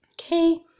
Okay